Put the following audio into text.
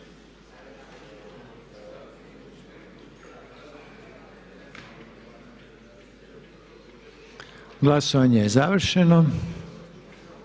Glasovanje je završeno.